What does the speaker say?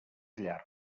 llarg